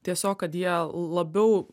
tiesiog kad jie labiau